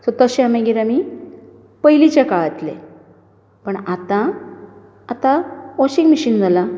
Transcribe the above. so तशें मागीर आमी पयलींच्या काळालें पूण आतां आतां वाँशिग मशिन जालां